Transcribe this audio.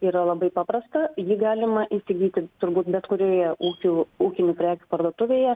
yra labai paprasta jį galima įsigyti turbūt bet kurioje ūkių ūkinių prekių parduotuvėje